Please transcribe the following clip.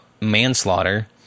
manslaughter